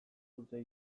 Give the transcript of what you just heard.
dute